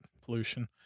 pollution